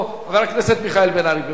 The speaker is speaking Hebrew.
חבר הכנסת מיכאל בן-ארי, בבקשה.